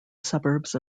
suburbs